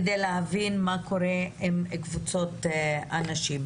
כדי להבין מה קורה עם קבוצות הנשים.